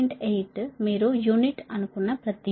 8 మీరు యూనిట్ అనుకున్న ప్రతిదీ